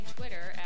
Twitter